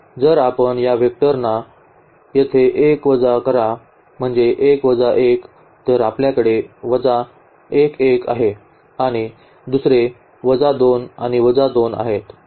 जर आपण या वेक्टरना येथे 1 वजा करा म्हणजे 1 वजा 1 तर आपल्याकडे वजा 1 1 आहे आणि दुसरे वजा 2 आणि वजा 2 आहेत